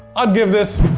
i'll give this,